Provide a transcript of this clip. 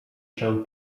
się